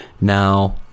Now